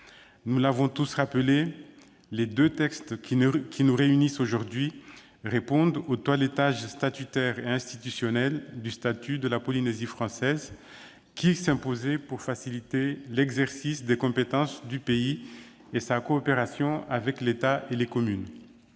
Cela a été rappelé, les deux textes dont l'examen nous réunit aujourd'hui procèdent au toilettage statutaire et institutionnel du statut de la Polynésie française qui s'imposait pour faciliter l'exercice des compétences du pays et sa coopération avec l'État et les communes.